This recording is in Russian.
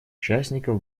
участников